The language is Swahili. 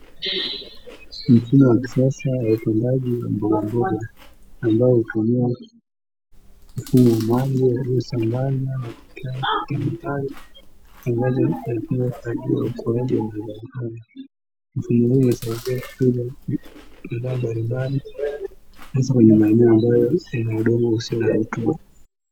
Wanawake pamoja na wanaume wakiwa ndani ya jengo ambapo wengi wao wamening'inizaza vitambulisho shingoni, wakiwa wanaandaa mada kwa kutumia karatasi nyeupe zilizopo juu ya meza na kompyuta mpakato.